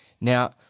Now